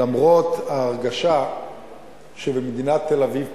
למרות ההרגשה שמדינת תל-אביב פורחת,